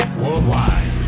worldwide